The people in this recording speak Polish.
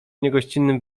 niegościnnym